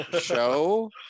show